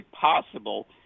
possible